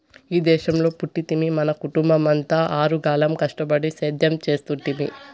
ఈ దేశంలో పుట్టితిమి మన కుటుంబమంతా ఆరుగాలం కష్టపడి సేద్యం చేస్తుంటిమి